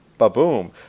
Ba-boom